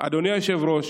אדוני היושב-ראש,